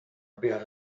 about